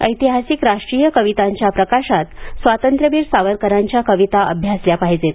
ऐतिहासिक राष्ट्रीय कवितांच्या प्रकाशात स्वातंत्र्यवीर सावरकरांच्या कविता अभ्यासल्या पाहिजेत